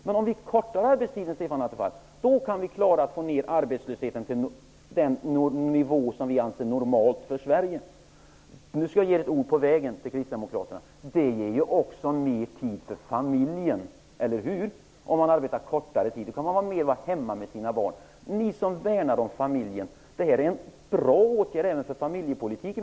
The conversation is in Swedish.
Men om vi förkortar arbetstiden, Stefan Attefall, kan vi klara att få ned arbetslösheten till den nivå som vi anser är normal för Sverige. Nu skall jag ge Kristdemokraterna ett ord på vägen. Förkortad arbetstid ger också mera tid för familjen. Om man arbetar kortare tid kan man vara hemma mera med sina barn. Ni värnar ju om familjen. Det här är alltså en bra åtgärd även för familjepolitiken.